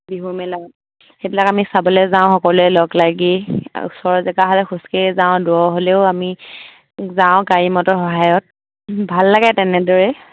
বিহুৰ মেলা সেইবিলাক আমি চাবলে যাওঁ সকলোৱে লগ লাগি ওচৰৰ জেগা হ'লে খোজকাঢ়ি যাওঁ দূৰ হ'লেও আমি যাওঁ গাড়ী মটৰৰ সহায়ত ভাল লাগে তেনেদৰে